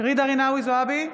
ג'ידא רינאוי זועבי,